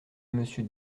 monsieur